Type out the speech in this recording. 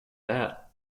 that